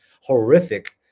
horrific